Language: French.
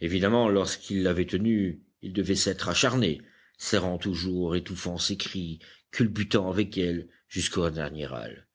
évidemment lorsqu'il l'avait tenue il devait s'être acharné serrant toujours étouffant ses cris culbutant avec elle jusqu'au dernier râle